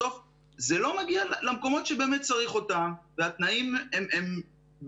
בסוף זה לא מגיע למקומות שבאמת צריך אותם והתנאים הם בעייתיים.